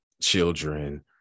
children